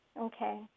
Okay